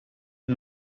for